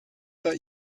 bei